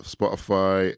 Spotify